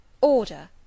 Order